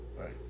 Right